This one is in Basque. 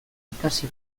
ikasi